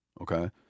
okay